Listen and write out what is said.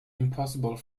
impossible